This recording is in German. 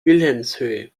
wilhelmshöhe